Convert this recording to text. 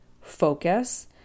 focus